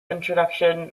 introduction